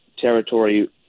territory